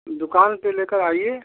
दुकान पर लेकर आइए